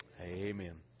Amen